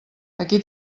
aquí